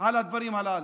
על הדברים הללו,